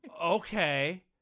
okay